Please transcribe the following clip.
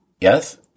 Yes